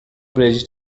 bridge